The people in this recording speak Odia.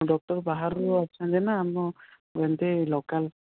ଡକ୍ଟର୍ ବାହାରୁ ଆସୁଛନ୍ତି ନା ମୁଁ ଆମର ଏମିତି ଲୋକାଲ୍